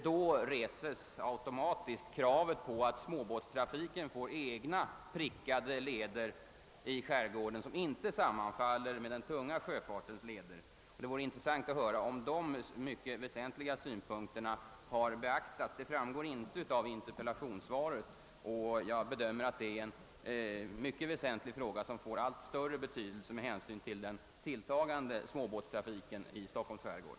Då reses automatiskt kravet på att småbåtstrafiken får egna prickade leder i skärgården, vilka inte sammanfaller med lederna för den tunga sjöfarten. Det vore intressant att höra, om dessa mycket viktiga synpunkter har beaktats; detta framgår inte av interpellationssvaret. Jag bedömer detta som en väsentlig fråga, som får allt större betydelse på grund av den tilltagande småbåtstrafiken i Stockholms skärgård.